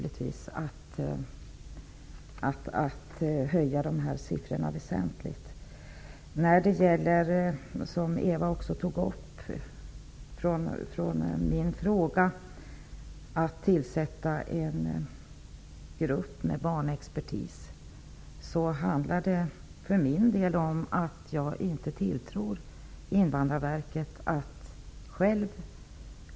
De kommer att höja siffrorna väsentligt. Jag tog upp frågan om att tillsätta en grupp med barnexpertis. Eva Zetterberg har också nämnt detta. För min del handlar det om att jag inte har tilltro till Invandrarverket.